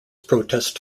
protest